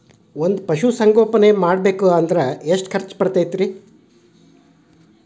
ಒಂದ್ ಪಶುಸಂಗೋಪನೆ ಮಾಡ್ಬೇಕ್ ಅಂದ್ರ ಎಷ್ಟ ಖರ್ಚ್ ಬರತ್ತ?